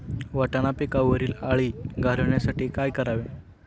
वाटाणा पिकावरील अळी घालवण्यासाठी काय करावे?